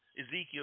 Ezekiel